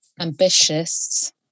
ambitious